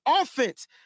offense